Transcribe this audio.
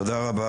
תודה רבה.